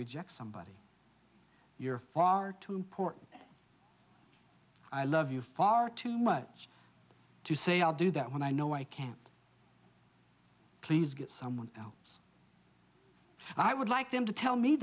reject somebody you're far too important i love you far too much to say i'll do that when i know i can't please get someone else i would like them to tell me